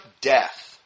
death